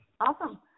Awesome